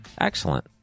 Excellent